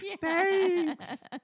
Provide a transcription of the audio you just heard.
Thanks